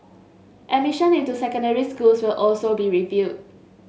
admission into secondary schools will also be reviewed